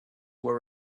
were